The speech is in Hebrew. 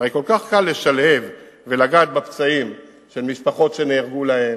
הרי כל כך קל לשלהב ולגעת בפצעים של משפחות שנהרגו להן,